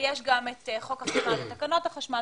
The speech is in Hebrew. יש את חוק החשמל ותקנות החשמל